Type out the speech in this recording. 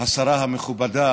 השרה המכובדה